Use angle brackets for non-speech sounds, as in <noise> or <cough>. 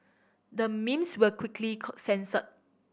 the memes were quickly <unintelligible> censored